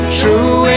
true